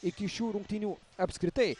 iki šių rungtynių apskritai